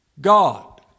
God